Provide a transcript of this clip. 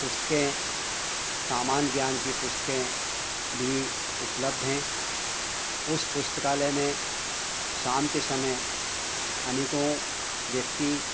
पुस्तकें सामान्य ज्ञान कि पुस्तकें भी उपलब्ध हैं उस पुस्तकालय में शाम के समय अनेकों व्यक्ति